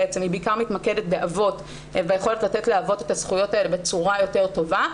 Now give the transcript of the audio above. היא בעיקר מתמקדת ביכולת לתת לאבות את הזכויות האלה בצורה יותר טובה,